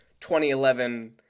2011